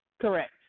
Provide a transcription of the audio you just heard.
Correct